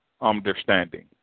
understanding